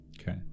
Okay